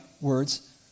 words